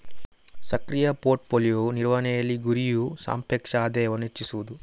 ಸಕ್ರಿಯ portfolio ನಿರ್ವಹಣೆಯಲ್ಲಿ, ಗುರಿಯು ಸಾಪೇಕ್ಷ ಆದಾಯವನ್ನು ಹೆಚ್ಚಿಸುವುದು